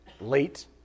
late